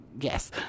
yes